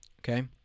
okay